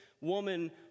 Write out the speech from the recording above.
woman